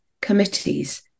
committees